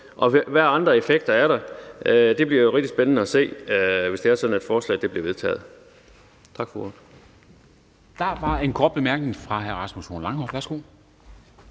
Og hvilke andre effekter er der? Det bliver rigtig spændende at se, hvis det er sådan, at forslaget bliver vedtaget.